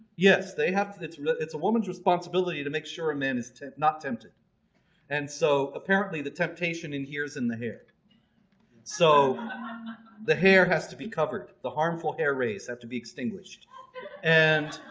yes they have to it's it's a woman's responsibility to make sure a man is not tempted and so apparently the temptation in here's in the hair so the hair has to be covered the harmful air rays have to be extinguished and